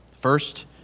First